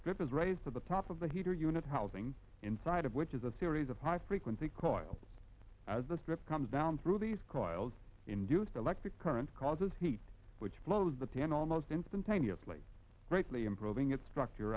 grip is raised to the top of the heater unit housing inside of which is a series of high frequency coils as the strip comes down through these coils induced electric current causes heat which blows the pan almost instantaneously greatly improving its struct